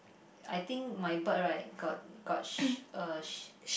I think my bird right got got sh~ uh sh~